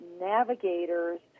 navigators